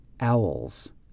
owls